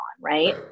Right